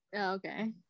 Okay